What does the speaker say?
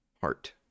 heart